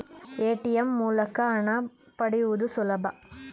ATM ಮೂಲಕ ಹಣ ಪಡೆಯುವುದು ಸುಲಭ